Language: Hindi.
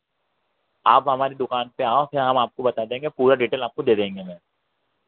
आप हमारी दुकान पर आओ फिर हम आपको बता देंगे पूरा डीटेल आपको दे देंगे मैम